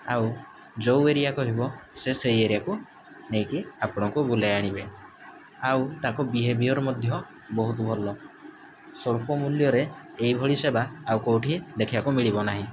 ଆଉ ଯେଉଁ ଏରିଆ କହିବ ସେ ସେଇ ଏରିଆକୁ ନେଇକି ଆପଣଙ୍କୁ ବୁଲେଇ ଆଣିବେ ଆଉ ତାଙ୍କ ବେହେବିୟର୍ ମଧ୍ୟ ବହୁତ ଭଲ ସ୍ୱଳ୍ପ ମୂଲ୍ୟରେ ଏଇଭଳି ସେବା ଆଉ କେଉଁଠି ଦେଖିବାକୁ ମିଳିବ ନାହିଁ